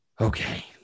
Okay